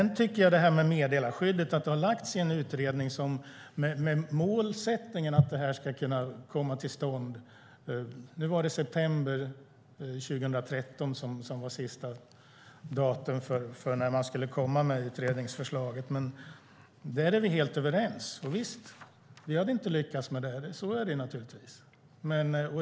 När det gäller meddelarskyddet har den frågan lagts i en utredning med målsättningen att det ska komma till stånd. Slutdatum för när utredningsförslaget ska komma är satt till september 2013. Där är vi helt överens. Visst, vi lyckades inte genomföra det. Så är det.